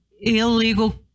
illegal